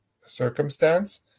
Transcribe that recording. circumstance